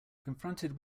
confronted